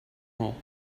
all